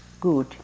good